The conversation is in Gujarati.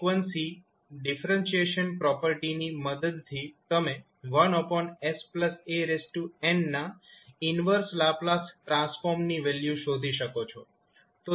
ફ્રીક્વન્સી ડિફરન્શીએશન પ્રોપર્ટીની મદદથી તમે 1sanના ઈન્વર્સ લાપ્લાસ ટ્રાન્સફોર્મની વેલ્યુ શોધી શકો છો